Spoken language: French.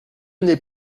n’ai